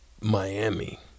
Miami